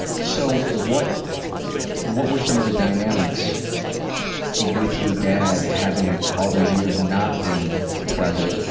so, what what were some of the dynamics with your dad having all those years not been present.